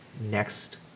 next